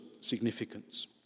significance